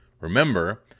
Remember